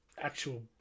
actual